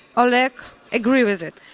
oleg agree with it.